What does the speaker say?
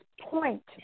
point